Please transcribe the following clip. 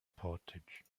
portage